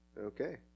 Okay